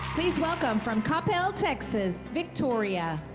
please welcome from coppell, texas, victoria.